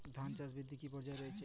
ধান চাষ বৃদ্ধির কী কী পর্যায় রয়েছে?